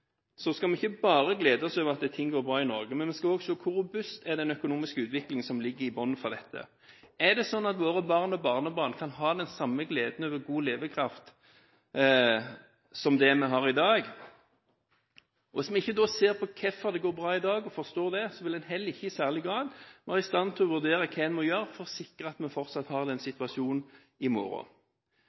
så også et land der infrastrukturen ikke er bygd ut i takt med behovet, der køkostnadene er enormt store, og der en investering i infrastruktur framfor realkapital utvilsomt ville bedret vekstevnen i landet. Når vi i denne debatten skal se framover, skal vi ikke bare glede oss over at ting går bra i Norge, vi skal også se på hvor robust den økonomiske utviklingen som ligger i bunnen her, er. Vil våre barn og barnebarn kunne glede seg over god levekraft – slik vi gjør i dag? Hvis vi ikke ser på hvorfor det går bra i dag, og forstår det, vil man heller ikke i særlig grad